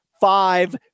five